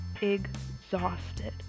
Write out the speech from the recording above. exhausted